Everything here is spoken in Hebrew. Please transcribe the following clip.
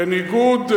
בניגוד,